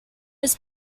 his